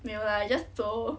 没有啦 I just 走